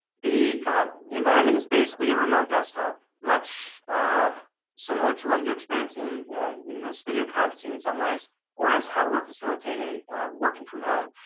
the environment is basically a remote desktop much ah similar to what you're experiencing in this video conferencing in some ways or as how we're facilitating working from home.